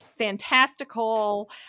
fantastical